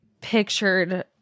pictured